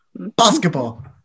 basketball